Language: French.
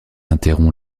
interrompt